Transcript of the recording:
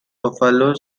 buffalo